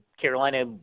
Carolina